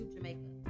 Jamaica